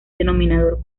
denominador